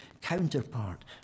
counterpart